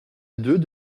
deux